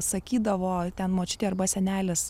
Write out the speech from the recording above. sakydavo ten močiutė arba senelis